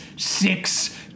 Six